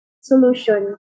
solution